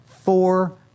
four